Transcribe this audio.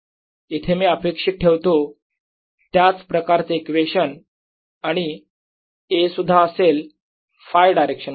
इथे मी अपेक्षित ठेवतो त्याच प्रकारचे इक्वेशन आणि A सुद्धा असेल Φ डायरेक्शन मध्ये